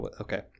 Okay